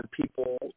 people